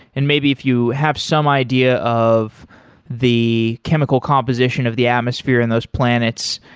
and maybe if you have some idea of the chemical composition of the atmosphere in those planets,